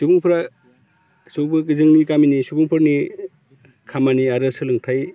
सुबुंफोरा जोंनि गामिनि सुबुंफोरनि खामानि आरो सोलोंथाइ